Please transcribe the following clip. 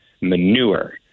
manure